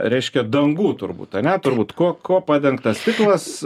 reiškia dangų turbūt ane turbūt kuo kuo padengtas stiklas